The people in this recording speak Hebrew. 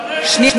התקבלה.